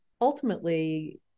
ultimately